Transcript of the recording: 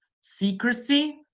secrecy